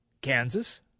Kansas